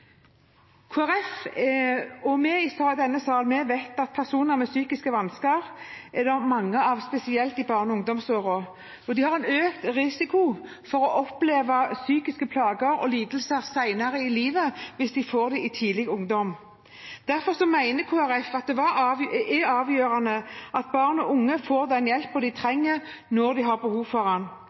i denne salen – vet at det er mange personer med psykiske vansker, spesielt i barne- og ungdomsårene. Man har økt risiko for å oppleve psykiske plager og lidelser senere i livet hvis man får det i tidlig ungdom. Derfor mener Kristelig Folkeparti at det er avgjørende at barn og unge får den hjelpen de trenger når de har behov for